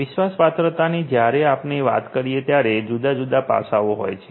વિશ્વાસપાત્રતાની જ્યારે આપણે વાત કરીએ ત્યારે જુદા જુદા પાસાઓ હોય છે